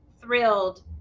thrilled